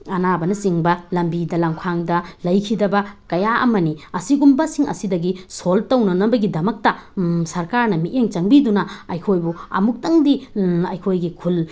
ꯑꯅꯥꯕꯅꯆꯤꯡꯕ ꯂꯝꯕꯤꯗ ꯂꯝꯈꯥꯡꯗ ꯂꯩꯈꯤꯗꯕ ꯀꯌꯥ ꯑꯃꯅꯤ ꯑꯁꯤꯒꯨꯝꯕꯁꯤꯡ ꯑꯁꯤꯗꯒꯤ ꯁꯣꯜꯞ ꯇꯧꯅꯅꯕꯒꯤꯗꯃꯛꯇ ꯁꯔꯀꯥꯔꯅ ꯃꯤꯠꯌꯦꯡ ꯆꯪꯕꯤꯗꯨꯅ ꯑꯩꯈꯣꯏꯕꯨ ꯑꯃꯨꯛꯇꯪꯗꯤ ꯑꯩꯈꯣꯏꯒꯤ ꯈꯨꯜ